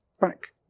back